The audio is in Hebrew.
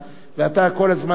ואתה כל הזמן טרוד,